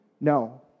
No